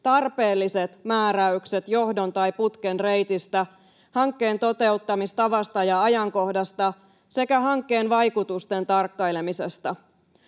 tarpeelliset määräykset johdon tai putken reitistä, hankkeen toteuttamistavasta ja ajankohdasta sekä hankkeen vaikutusten tarkkailemisesta.